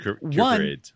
One